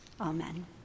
Amen